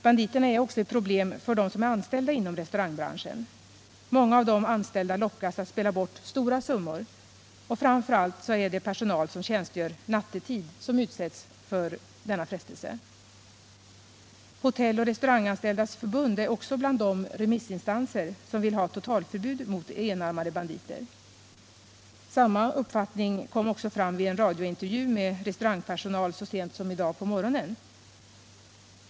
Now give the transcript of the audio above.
Banditerna är också ett problem för dem som är anställda inom restaurangbranschen. Många av de anställda lockas att spela bort stora summor för denna frestelse. Hotelloch restauranganställdas förbund är också bland de remissinstanser som vill ha totalförbud mot enarmade banditer. Samma uppfattning kom fram vid en radiointervju med restaurangpersonal så sent som i dag på morgonen.